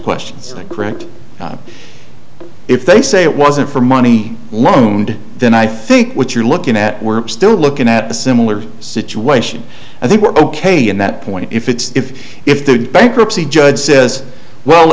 questions correct if they say it wasn't for money loomed then i think what you're looking at we're still looking at a similar situation i think we're ok in that point if it's if if the bankruptcy judge says well